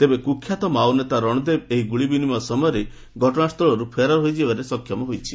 ତେବେ କୁଖ୍ୟାତ ମାଓନେତା ରଣଦେବ ଏହି ଗୁଳି ବିନିମୟ ସମୟରେ ଘଟଣାସ୍ଥଳରୁ ଫେରାର ହୋଇଯିବାରେ ସକ୍ଷମ ହୋଇଛି